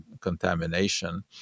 contamination